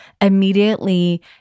immediately